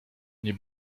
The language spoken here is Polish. nie